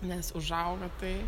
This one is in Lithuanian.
nes užaugo tai